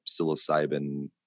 psilocybin